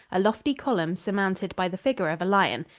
a lofty column surmounted by the figure of a lion.